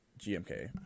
GMK